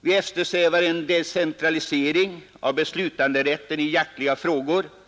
Vi vill eftersträva en decentralisering av beslutanderätten i jaktfrågor 23